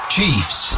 Chiefs